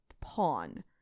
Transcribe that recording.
pawn